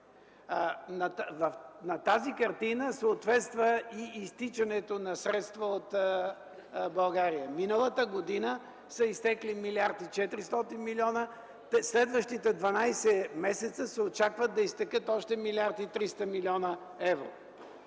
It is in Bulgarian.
На тази картина съответства и изтичането на средства от България. Миналата година са изтекли 1 млрд. 400 млн. лв., а през следващите 12 месеца се очаква да изтекат още 1 млрд. 300